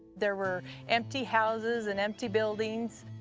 there were empty houses and empty buildings.